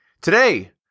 today